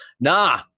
nah